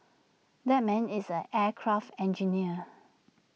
that man is an aircraft engineer